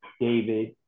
David